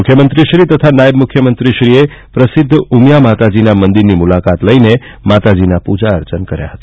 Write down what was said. મુખ્યમંત્રીશ્રી તથા નાયબ મુખ્યમંત્રીશ્રીએ પ્રસિધ્ધ ઉમિયા માતાજીના મંદિરની મુલાકાત લઇ માતાજીની પૂજન અર્ચન કર્યા હતા